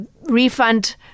refund